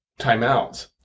timeouts